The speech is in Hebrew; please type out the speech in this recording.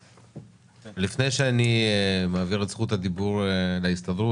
לפני שאני מעביר את זכות הדיבור להסתדרות,